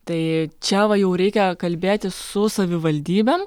tai čia va jau reikia kalbėti su savivaldybėm